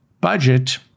budget